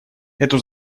эту